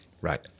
Right